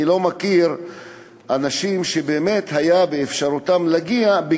אני לא מכיר אנשים שבאמת היה באפשרותם להגיע לכך,